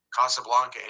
Casablanca